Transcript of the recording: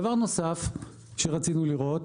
דבר נוסף שרצינו לראות,